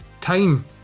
time